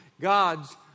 God's